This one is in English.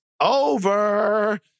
over